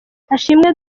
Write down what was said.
ashimwe